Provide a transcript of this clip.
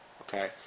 Okay